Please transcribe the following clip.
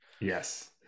yes